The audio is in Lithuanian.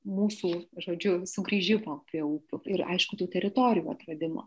mūsų žodžiu sugrįžimo prie upių ir aišku tų teritorijų atradimo